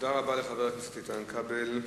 תודה לחבר הכנסת כבל.